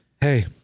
Hey